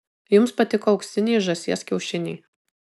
jums patiko auksiniai žąsies kiaušiniai